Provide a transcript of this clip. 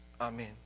Amen